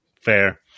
Fair